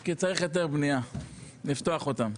כי צריך היתר בניה לפתוח אותם.